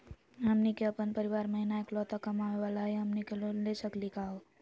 हमनी के अपन परीवार महिना एकलौता कमावे वाला हई, हमनी के लोन ले सकली का हो?